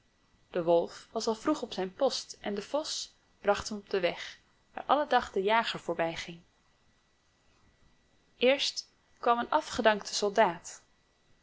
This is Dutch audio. de wolf was al vroeg op zijn post en de vos bracht hem op den weg waar alle dag de jager voorbij ging eerst kwam een afgedankte soldaat